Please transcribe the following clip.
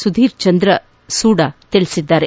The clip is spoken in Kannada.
ಸುಧೀರ್ ಚಂದ್ರ ಸೂಡ ತಿಳಿಸಿದ್ದಾರೆ